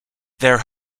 their